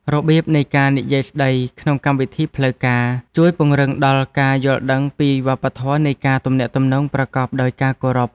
របៀបនៃការនិយាយស្តីក្នុងកម្មវិធីផ្លូវការ ជួយពង្រឹងដល់ការយល់ដឹងពីវប្បធម៌នៃការទំនាក់ទំនងប្រកបដោយការគោរព។